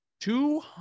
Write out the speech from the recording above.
two